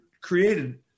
created